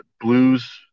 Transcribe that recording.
blues